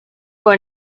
were